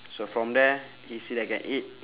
so from there he see that can eat